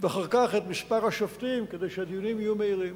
ואחר כך את מספר השופטים כדי שהדיונים יהיו מהירים.